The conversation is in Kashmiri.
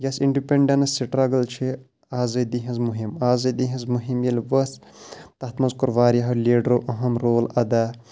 یۄس اِنڈِپیٚنٛڈیٚنٕس سٹرٛگٕل چھِ آزٲدی ہِنٛز مہم آزٲدی ہِنٛز مہم ییٚلہِ وژھ تَتھ منٛز کوٚر واریاہو لیٖڈَر اہم رول اَدا